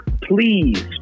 Please